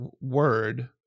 word